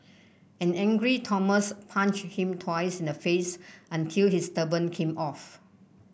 an angry Thomas punched him twice in the face until his turban came off